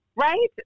right